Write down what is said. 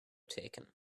taken